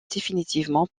définitivement